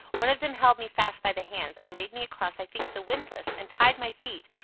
one of them held me fast by the hands, and laid me across i think the windlass, and tied my feet,